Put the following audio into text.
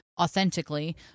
authentically